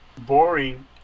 boring